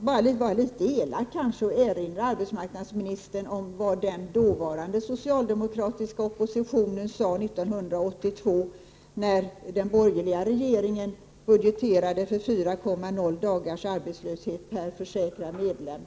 var kanske litet elak och erinrade arbetsmarknadsministern om vad den dåvarande socialdemokratiska oppositionen sade 1982 när den borgerliga regeringen budgeterade för 4,0 dagars arbetslöshet per försäkrad medlem.